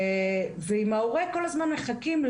ואם מחכים כל הזמן להורה,